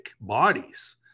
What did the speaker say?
bodies